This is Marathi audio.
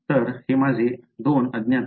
तर हे माझे 2 अज्ञात आहेत